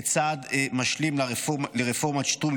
כצעד משלים לרפורמת שטרום,